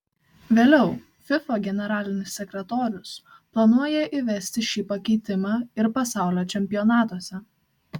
vėliau fifa generalinis sekretorius planuoja įvesti šį pakeitimą ir pasaulio čempionatuose